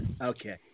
Okay